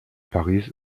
paris